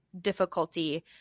difficulty